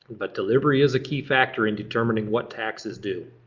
but delivery is a key factor in determining what tax is due.